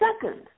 second